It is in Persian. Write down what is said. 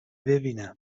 ببینم